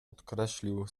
podkreślił